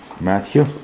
Matthew